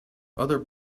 other